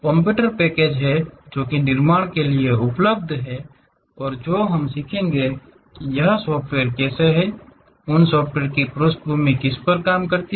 computer package हैं जो कि निर्माण के लिए उपलब्ध हैं और जो हम सीखेंगे कि यह सॉफ्टवेयर कैसे है उन सॉफ़्टवेयर की पृष्ठभूमि किस पर काम करती है